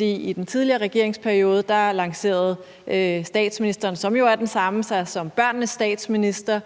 i den tidligere regeringsperiode lancerede statsministeren, som jo er den samme, sig som børnenes statsminister,